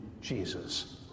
Jesus